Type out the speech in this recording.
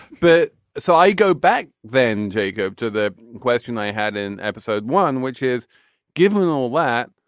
but so i go back then jacob to the question i had an episode one which is giving a lot.